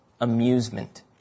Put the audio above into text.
amusement